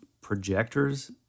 projectors